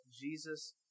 Jesus